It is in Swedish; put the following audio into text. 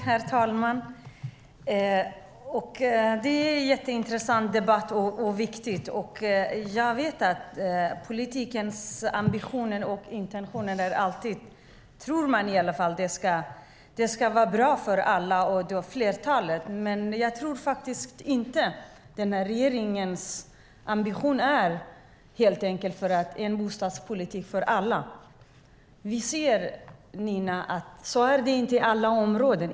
Herr talman! Det här är en jätteintressant och viktig debatt. Jag vet att politikens ambitioner och intentioner alltid är, tror man i alla fall, att det ska vara bra för alla eller flertalet. Men jag tror inte att den här regeringens ambition är en bostadspolitik för alla. Vi ser, Nina, att det inte är så i alla områden.